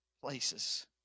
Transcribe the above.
places